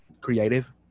creative